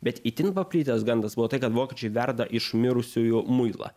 bet itin paplitęs gandas buvo tai kad vokiečiai verda iš mirusiųjų muilą